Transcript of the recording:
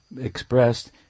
expressed